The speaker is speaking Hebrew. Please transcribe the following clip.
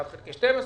אחד חלקי 12,